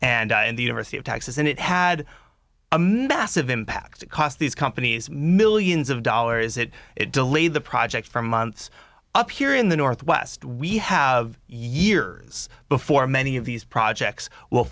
texas and the university of texas and it had a massive impact cost these companies millions of dollars that it delayed the project for months up here in the northwest we have years before many of these projects w